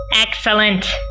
Excellent